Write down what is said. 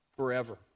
forever